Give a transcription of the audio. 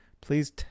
Please